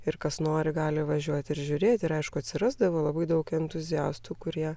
ir kas nori gali važiuoti ir žiūrėti ir aišku atsirasdavo labai daug entuziastų kurie